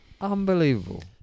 unbelievable